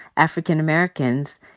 african americans,